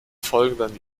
folgenden